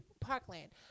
Parkland